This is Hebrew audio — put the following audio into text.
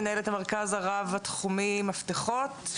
מנהלת המרכז הרב-תחומי מפתחות,